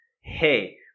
hey